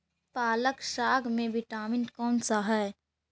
पालक साग में विटामिन कौन सा है?